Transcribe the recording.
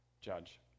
judge